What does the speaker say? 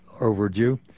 overdue